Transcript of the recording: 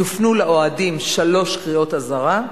יופנו לאוהדים שלוש קריאות אזהרה.